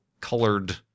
colored